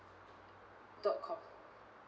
dot com